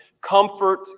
Comfort